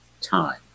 time